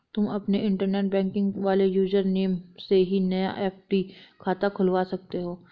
तुम अपने internet banking वाले यूज़र नेम से ही नया एफ.डी खाता खुलवा सकते हो